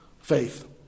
faith